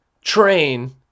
train